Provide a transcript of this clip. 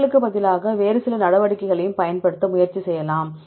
விலகலுக்குப் பதிலாக வேறு சில நடவடிக்கைகளையும் பயன்படுத்த முயற்சி செய்யலாம்